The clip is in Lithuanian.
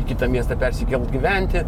į kitą miestą persikelt gyventi